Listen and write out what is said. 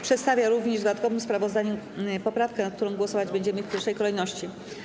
przedstawia również w dodatkowym sprawozdaniu poprawkę, nad którą głosować będziemy w pierwszej kolejności.